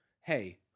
hey